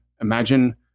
imagine